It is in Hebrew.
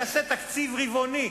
תעשה תקציב רבעוני,